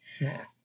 Yes